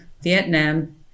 Vietnam